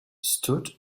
stood